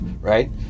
right